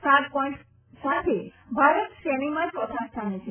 સાત પોઈન્ટ સાથે ભારત શ્રેણીમાં ચોથા સ્થાને છે